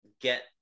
get